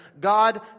God